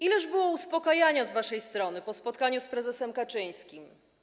Ileż było uspokajania z waszej strony po spotkaniu z prezesem Kaczyńskim.